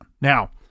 Now